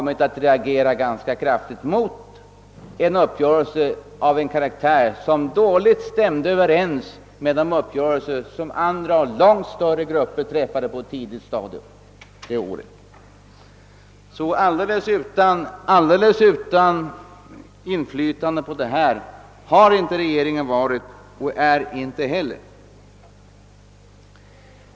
Den uppgörelse som då träffades var av den karaktären att den stämde dåligt överens med de uppgörelser som andra och långt större grupper hade träffat på ett tidigare stadium det året. Alldeles utan inflytande har regeringen sålunda inte varit och är inte heller.